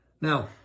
Now